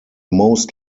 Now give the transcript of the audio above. most